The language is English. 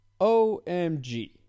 OMG